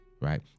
right